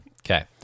Okay